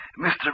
Mr